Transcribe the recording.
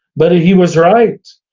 but he was right,